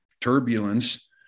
turbulence